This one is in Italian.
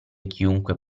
chiunque